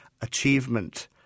achievement